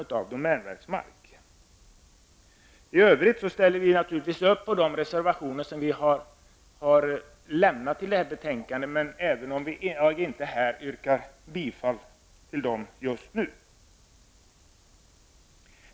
I övrigt ställer vi i centerpartiet oss naturligtvis bakom de reservationer som vi har avgett till detta betänkande, även om jag här inte yrkar bifall till alla.